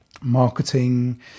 marketing